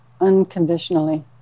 unconditionally